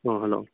ꯑꯥ hello